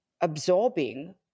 absorbing